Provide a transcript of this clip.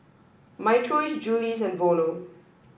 my choice Julie's and Vono